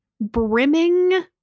brimming